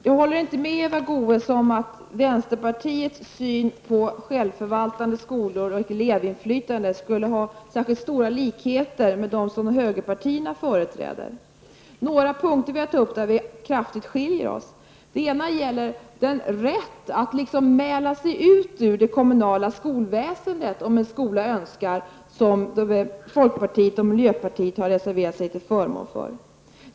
Herr talman! Jag håller inte med Eva Goe s om att vänsterpartiets syn på självförvaltande skolor och elevinflytande skulle ha särskilt stora likheter med den syn som högerpartierna företräder. Jag vill ta upp några punkter där våra åsikter skiljer sig kraftigt. Den första är den rätt för den skola som så önskar att mäla sig ut ur det kommunala skolväsendet som såväl folkpartiet som miljöpartiet har reserverat sig till förmån för.